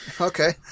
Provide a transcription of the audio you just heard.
Okay